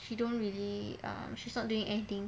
she don't really err she's not doing anything